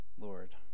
Lord